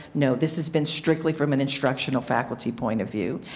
no, this is been strictly from an instructional faculty point of view.